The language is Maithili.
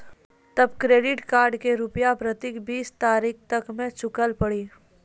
तब क्रेडिट कार्ड के रूपिया प्रतीक बीस तारीख तक मे चुकल पड़ी?